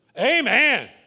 Amen